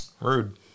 Rude